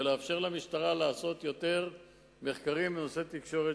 ולאפשר למשטרה לעשות יותר מחקרים בנושא תקשורת,